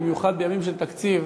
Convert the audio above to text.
במיוחד בימים של תקציב.